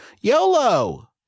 YOLO